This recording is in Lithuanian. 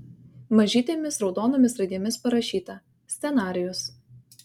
mažytėmis raudonomis raidėmis parašyta scenarijus